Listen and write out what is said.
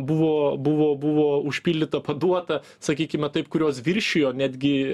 buvo buvo buvo užpildyta paduota sakykime taip kurios viršijo netgi